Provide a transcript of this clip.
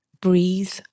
Breathe